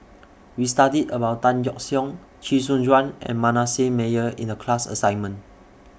We studied about Tan Yeok Seong Chee Soon Juan and Manasseh Meyer in The class assignment